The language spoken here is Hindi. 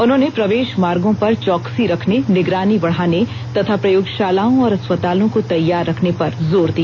उन्होंने प्रवेश मार्गो पर चौकसी रखने निगरानी बढ़ाने तथा प्रयोगशालाओं और अस्पतालों को तैयार रखने पर जोर दिया